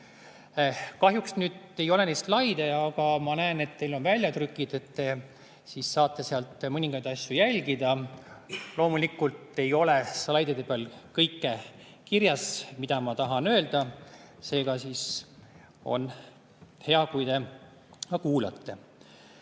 Kahjuks mul ei ole neid slaide praegu näidata, aga ma näen, et teil on väljatrükid ja te saate sealt mõningaid asju jälgida. Loomulikult ei ole slaidide peal kõike kirjas, mida ma tahan öelda. Seega on hea, kui te ka kuulate.